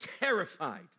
terrified